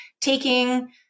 taking